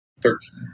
Thirteen